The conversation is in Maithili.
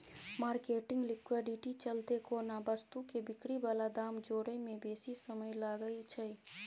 मार्केटिंग लिक्विडिटी चलते कोनो वस्तु के बिक्री बला दाम जोड़य में बेशी समय लागइ छइ